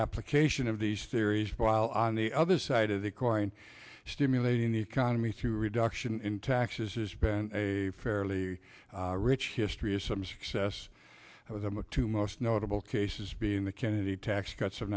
application of these theories while on the other side of the coin stimulating the economy through reduction in taxes has been a fairly rich history of some success with emma to most notable cases being the kennedy tax cuts of